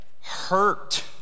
hurt